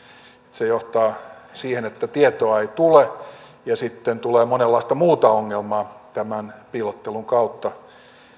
se johtaa siihen että tietoa ei tule ja sitten tulee monenlaista muuta ongelmaa tämän piilottelun kautta